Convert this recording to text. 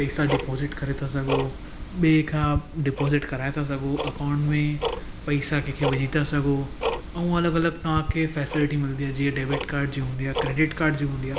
हिकु साथ डिपोजिट करे था सघो ॿिए खां डिपोजिट कराए था सघो अकाउंट में पैसा कंहिंखे विझी था सघो ऐं अलॻि अलॻि तव्हांखे फैसिलिटी मिलंदी आहे जीअं डैबिट कार्डु जींअ हूंदी आहे कैडिट कार्डु